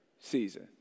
season